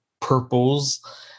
purples